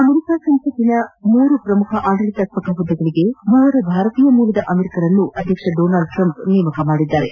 America ಸಂಸತ್ತಿನ ಮೂರು ಪ್ರಮುಖ ಆಡಳಿತಾತ್ಮಕ ಹುದ್ದೆಗಳಿಗೆ ಮೂವರು ಭಾರತೀಯ ಮೂಲದ ಅಮೆರಿಕನ್ನರನ್ನು ಅಧ್ಯಕ್ಷ ಡೊನಾಲ್ಡ್ ಟ್ರಂಪ್ ನೇಮಕ ಮಾಡಿದ್ದಾರೆ